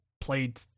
played